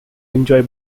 enjoy